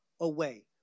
away